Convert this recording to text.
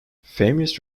famous